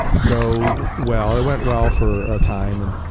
go well. it went well for a time, and